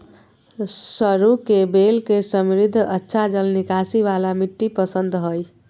सरू के बेल के समृद्ध, अच्छा जल निकासी वाला मिट्टी पसंद हइ